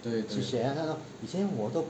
去学他说以前我都